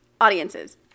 audiences